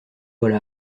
voilà